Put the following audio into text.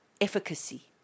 Efficacy